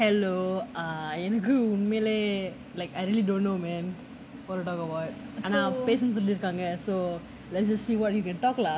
hello err எனக்கு உண்மையிலே:ennaku unmaiilae like I really don't know man what to talk about ஆனா பேசணும்னு சொல்லி இருகாங்க:aanaa peasanumnu solli irukaanga let's just see what we can talk lah